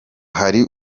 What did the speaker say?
hari